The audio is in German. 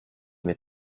mit